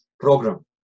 program